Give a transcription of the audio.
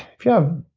if you have.